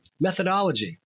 methodology